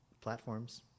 platforms